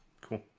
Cool